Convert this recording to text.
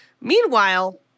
Meanwhile